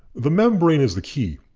the membrane is the key.